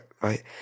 right